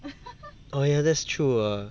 oh yeah that's true ah